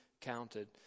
counted